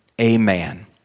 Amen